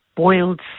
Boiled